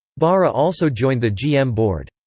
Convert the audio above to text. barra also joined the gm board.